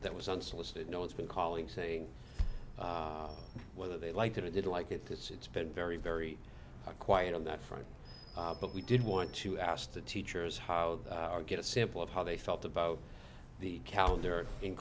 that was unsolicited no it's been calling saying whether they liked it or didn't like it because it's been very very quiet on that front but we did want to ask the teachers how they are get a sample of how they felt about the calendar in